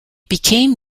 became